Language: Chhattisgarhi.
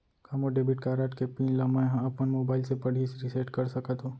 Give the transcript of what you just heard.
का मोर डेबिट कारड के पिन ल मैं ह अपन मोबाइल से पड़ही रिसेट कर सकत हो?